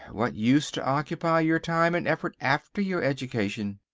what used to occupy your time and effort after your education?